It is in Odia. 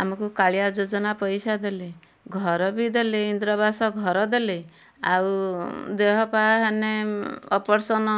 ଆମକୁ କାଳିଆ ଯୋଜନା ପଇସା ଦେଲେ ଘର ବି ଇନ୍ଦିରା ଆବାସ ଘର ଦେଲେ ଆଉ ଦେହପାହା ହେନେ ଅପରେସନ୍